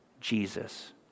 Jesus